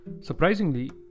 Surprisingly